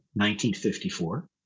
1954